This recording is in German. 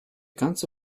ganze